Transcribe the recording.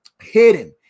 hidden